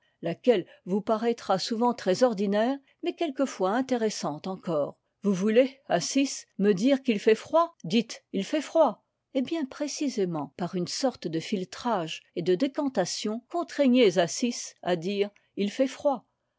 laquelle vous paraîtra souvent très ordinaire mais quelquefois intéressante encore vous voulez acis me dire qu'il fait froid dites il fait froid eh bien précisément par une sorte de filtrage et de décantation contraignez acis à dire il fait froid